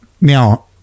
now –